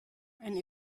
and